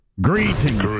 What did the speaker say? Greetings